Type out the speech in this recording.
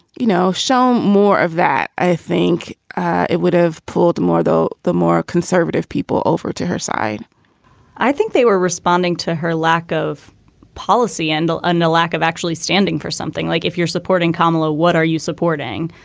you know, shown more of that, i think it would have pulled more, though, the more conservative people over to her side i think they were responding to her lack of policy endl and a lack of actually standing for something like if you're supporting kamala, what are you supporting?